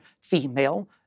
female